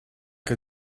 que